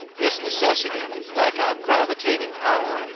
this necessity, like a gravitating power,